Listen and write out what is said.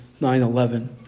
9-11